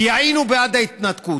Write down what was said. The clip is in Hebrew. כי היינו בעד ההתנתקות.